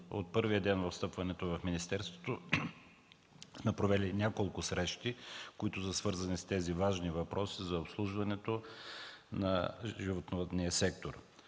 От първия ден от встъпването ми в министерството сме провели няколко срещи, които са свързани с тези важни въпроси за обслужването на животновъдния сектор.